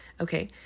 Okay